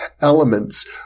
elements